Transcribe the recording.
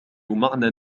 معنى